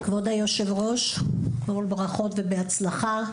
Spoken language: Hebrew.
כבוד היושב-ראש, קודם כול, ברכות ובהצלחה.